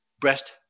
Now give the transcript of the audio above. breast